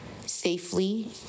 safely